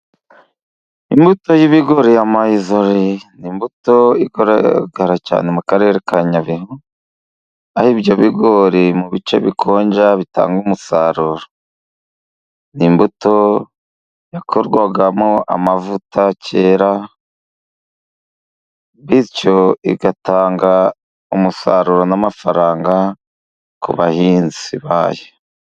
Imbuto y'ibigori ya mayizori ni imbuto igaragara cyane mu Karere ka Nyabihu, aho ibyo bigori mu bice bikonja bitanga umusaruro, ni imbuto yakorwagamo amavuta kera, bityo igatanga umusaruro n'amafaranga ku bahinzi bayo.